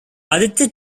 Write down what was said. aditya